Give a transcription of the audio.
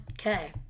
okay